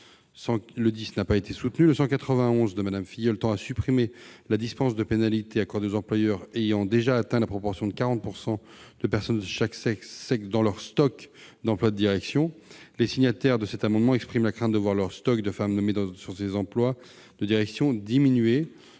L'amendement n° 191 rectifié tend à supprimer la dispense de pénalités accordée aux employeurs ayant déjà atteint la proportion de 40 % de personnes de chaque sexe dans leur « stock » d'emplois de direction. Les signataires de cet amendement expriment la crainte de voir diminuer le « stock » de femmes nommées sur ces emplois de direction.